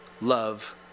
love